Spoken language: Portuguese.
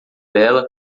dela